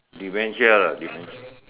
dementia lah dementia